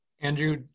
Andrew